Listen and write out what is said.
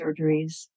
surgeries